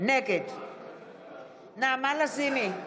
נגד נעמה לזימי,